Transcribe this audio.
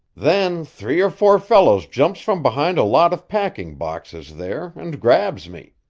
then three or four fellows jumps from behind a lot of packing-boxes there, and grabs me.